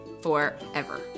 forever